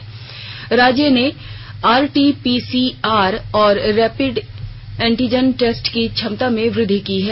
कई राज्यों ने आरटीपीसीआर और रैपिड एंटिजन टेस्ट की क्षमता में वृद्वि की है